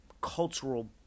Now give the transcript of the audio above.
cultural